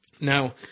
Now